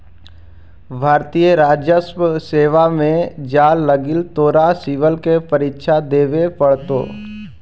भारतीय राजस्व सेवा में जाए लगी तोरा सिवल के परीक्षा देवे पड़तो